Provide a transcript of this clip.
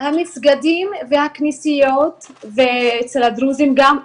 המסגדים והכנסיות ואצל הדרוזים גם,